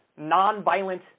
nonviolent